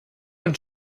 und